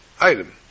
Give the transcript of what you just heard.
item